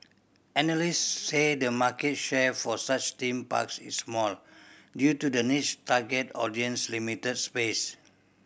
analysts say the market share for such theme parks is small due to the niche target audience and limited space